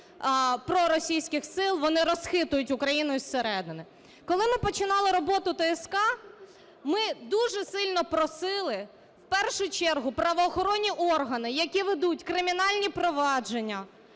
проросійських сил, вони розхитують Україну із середини. Коли ми починали роботу ТСК, ми дуже сильно просили, в першу чергу, правоохоронні органи, які ведуть кримінальні провадження